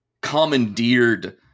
commandeered